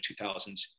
2000s